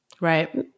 Right